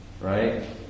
Right